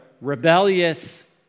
rebellious